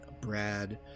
Brad